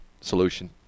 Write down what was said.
solution